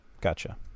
Gotcha